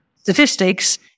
statistics